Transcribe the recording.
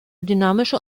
dynamische